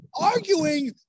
arguing